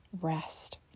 rest